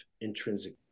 intrinsic